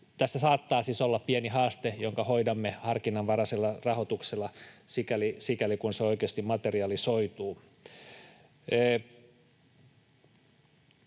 Tässä saattaa siis olla pieni haaste, jonka hoidamme harkinnanvaraisella rahoituksella, sikäli kun se oikeasti materialisoituu.